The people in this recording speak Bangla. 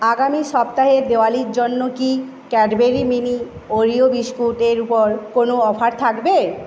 আগামী সপ্তাহে দিওয়ালীর জন্য কি ক্যাডবেরি মিনি ওরিও বিস্কুটের ওপর কোনও অফার থাকবে